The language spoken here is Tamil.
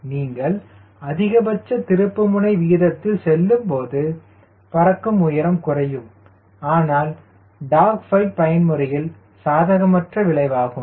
எனவே நீங்கள் அதிகபட்ச திருப்பு முனை வீதத்தில் செல்லும்போது பறக்கும் உயரம் குறையும் ஆனால் இது டாக் ஃபைட் பயன்முறையில் சாதகமற்ற விளைவாகும்